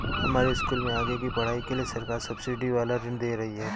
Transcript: हमारे स्कूल में आगे की पढ़ाई के लिए सरकार सब्सिडी वाला ऋण दे रही है